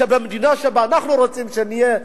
במדינה שבה אנחנו רוצים שנהיה,